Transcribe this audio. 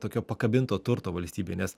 tokio pakabinto turto valstybėj nes